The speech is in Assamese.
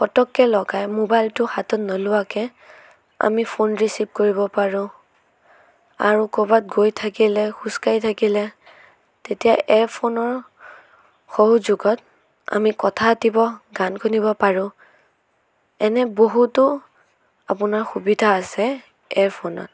পতককৈ লগাই ম'বাইলটো হাতত নোলোৱাকৈ আমি ফোন ৰিছিভ কৰিব পাৰোঁ আৰু ক'ৰবাত গৈ থাকিলে খোজকাঢ়ি থাকিলে তেতিয়া এয়াৰফোনৰ সহযোগত আমি কথা পাতিব গান শুনিব পাৰোঁ এনে বহুতো আপোনাৰ সুবিধা আছে এয়াৰফোনত